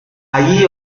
allí